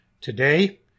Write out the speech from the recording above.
Today